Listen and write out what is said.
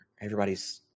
Everybody's